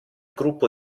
gruppo